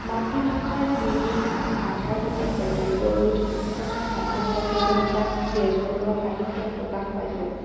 মাতৃভাষাৰ প্ৰীতি ভাষাৰ প্ৰতি কৰ্তব্যবোধ তথা সমাজ সচেতনতা বেজবৰুৱাৰ সাহিত্যত প্ৰকাশ পাইছিল